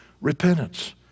repentance